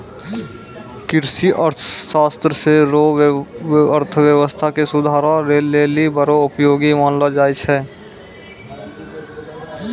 कृषि अर्थशास्त्र रो अर्थव्यवस्था के सुधारै लेली बड़ो उपयोगी मानलो जाय छै